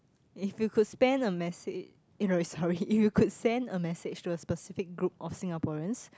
if you could spend a message sorry if you could send a message to a specific group of Singaporeans